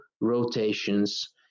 rotations